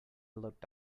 looked